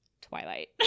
Twilight